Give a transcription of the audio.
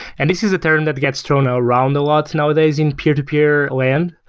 and this is a term that gets thrown ah around a lot nowadays in peer-to-peer lan.